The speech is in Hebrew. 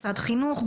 משרד חינוך,